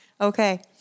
Okay